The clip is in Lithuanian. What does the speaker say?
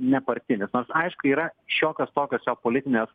nepartinis nors aišku yra šiokios tokios jo politinės